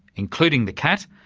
including the cat,